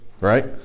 right